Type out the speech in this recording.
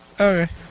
Okay